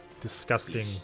disgusting